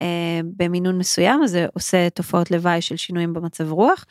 במינון מסוים אז זה עושה תופעות לוואי של שינויים במצב רוח.